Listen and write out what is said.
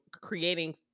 creating